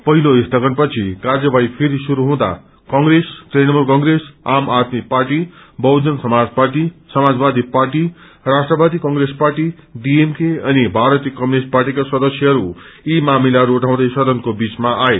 पहिलो स्यगनपछि कार्यवाही फेरि शुरू हुँदा Congress Trinamool Congress Aam Aadmi party Bahujan Samaj party Samajwadi party Rashtrawadi Congress party DMK अनि भारतीय कम्युनिष्ट पार्टीका सदस्यहरू यी मामिलाहरू उठाउँदै सदनको बीचमा आए